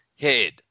head